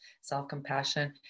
self-compassion